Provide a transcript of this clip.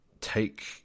take